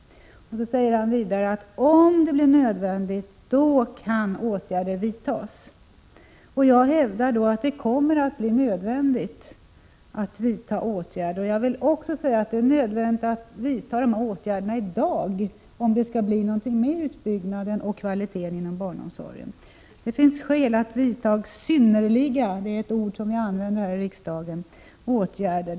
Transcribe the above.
Han säger vidare att om det blir nödvändigt kan åtgärder vidtas. Jag hävdar att det kommer att bli nödvändigt att vidta åtgärder. Jag vill också säga att det är nödvändigt att vidta dessa åtgärder i dag om det skall bli något med utbyggnaden och kvaliteten i barnomsorgen. Det finns skäl att vidta synnerliga — det är en term som vi använder här i riksdagen - åtgärder.